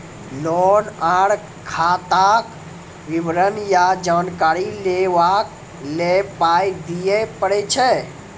Loan आर खाताक विवरण या जानकारी लेबाक लेल पाय दिये पड़ै छै?